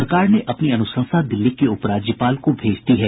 सरकार ने अपनी अनुशंसा दिल्ली के उप राज्यपाल को भेज दी है